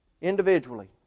individually